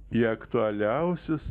į aktualiausius